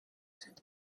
sind